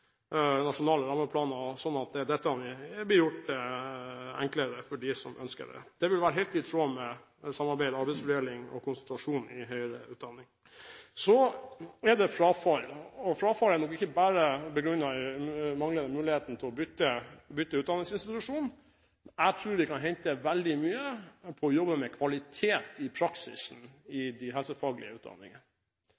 dette blir enklere for dem som ønsker det. Det vil være helt i tråd med det som går på samarbeid, arbeidsfordeling og konsentrasjon i høyere utdanning. Så til frafall: Frafall er nok ikke bare begrunnet i den manglende muligheten til å bytte utdanningsinstitusjon. Jeg tror vi kan hente veldig mye ved å jobbe med kvalitet i praksisen i